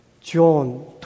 John